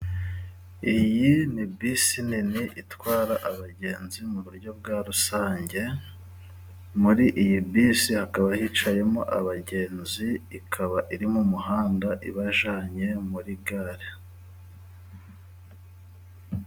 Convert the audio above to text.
Iyi ni bisi nini itwara abagenzi mu buryo bwa rusange. Muri iyi bisi hicayemo abagenzi ,ikaba iri mu muhanda ibajyanye muri gare.